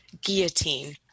Guillotine